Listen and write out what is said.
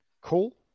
Cool